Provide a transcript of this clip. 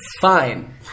Fine